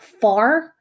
far